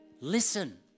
Listen